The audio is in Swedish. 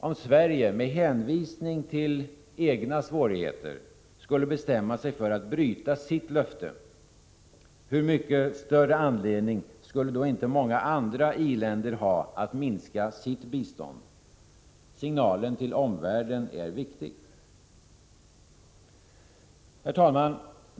Om Sverige - med hänvisning till egna svårigheter — skulle bestämma sig för att bryta sitt löfte, hur mycket större anledning skulle då inte många andra i-länder ha att minska sitt bistånd? Signalen till omvärlden är viktig. Herr talman!